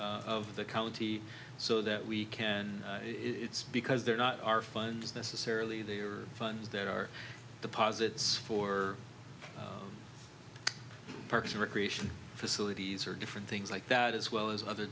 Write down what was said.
of the county so that we can and it's because they're not our funds necessarily they are funds that are deposits for parks and recreation facilities are different things like that as well as other